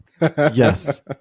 Yes